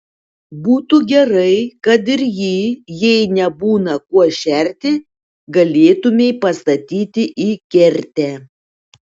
būtų gerai kad ir jį jei nebūna kuo šerti galėtumei pastatyti į kertę